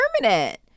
permanent